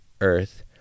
earth